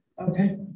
Okay